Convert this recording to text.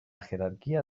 jerarquía